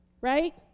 Right